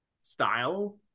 style